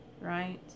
right